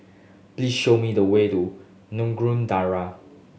please show me the way to Nagore Dargah